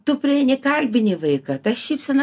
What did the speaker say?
tu prieini kalbini vaiką ta šypsena